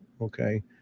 okay